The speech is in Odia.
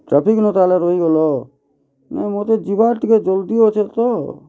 ଟ୍ରଫିକ୍ନୁ ତା'ହେଲେ ରହିଗଲ ନାଇଁ ମୋତେ ଯିବାର୍ ଟିକେ ଜଲ୍ଦି ଅଛେ ତ